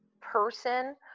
person